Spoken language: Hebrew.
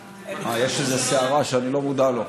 אה, יש איזו סערה שאני לא מודע לה.